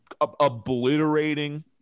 obliterating